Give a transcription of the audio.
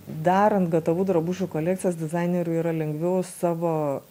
dar ant gatavų drabužių kolekcijos dizainerių yra lengviau savo